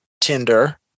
Tinder